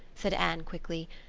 said anne quickly,